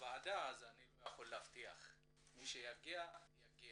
מוועדה לוועדה ולכן מי שיגיע יגיע.